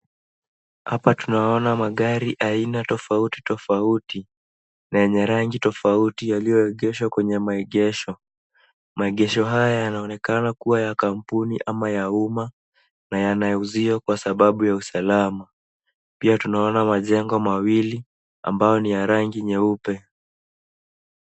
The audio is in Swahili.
Hapa tunaona magari aina tofauti tofauti na yenye rangi tofauti yaliyo egeshwa kwenye maegesho. Maegesho haya yanaonekana kuwa ya kampuni ama ya uma na yana uzio kwa sababu ya usalama. Pia tunaona majengo mawili ambayo ni ya rangi nyeupe.